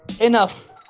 enough